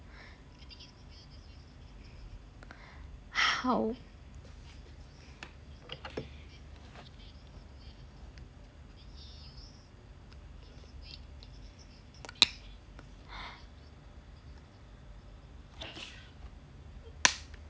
how